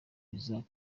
isaac